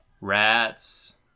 Rats